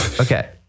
Okay